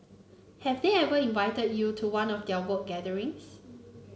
have they ever invited you to one of their work gatherings